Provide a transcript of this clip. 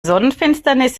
sonnenfinsternis